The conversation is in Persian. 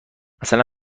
مثلا